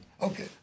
Okay